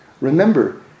Remember